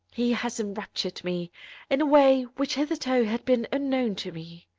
he has enraptured me in a way which hitherto had been unknown to me.